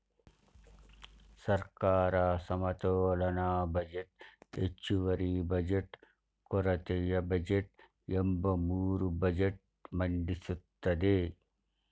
ಸರ್ಕಾರ ಸಮತೋಲನ ಬಜೆಟ್, ಹೆಚ್ಚುವರಿ ಬಜೆಟ್, ಕೊರತೆಯ ಬಜೆಟ್ ಎಂಬ ಮೂರು ಬಜೆಟ್ ಮಂಡಿಸುತ್ತದೆ